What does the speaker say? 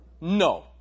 No